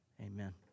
Amen